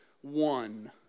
one